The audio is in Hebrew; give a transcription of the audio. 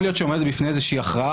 להיות שעומדת בפני איזושהי הכרעה,